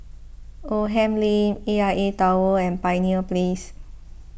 Oldham Lane A I A Tower and Pioneer Place